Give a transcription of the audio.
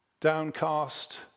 downcast